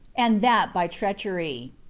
and that by treachery.